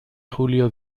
julio